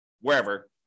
wherever